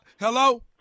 Hello